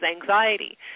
anxiety